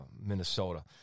Minnesota